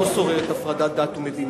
לא שוררת הפרדת דת ומדינה,